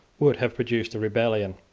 would have produced a rebellion.